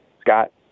Scott